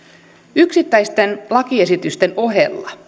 yksittäisten lakiesitysten ohella